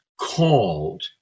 called